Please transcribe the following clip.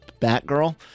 batgirl